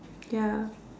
ya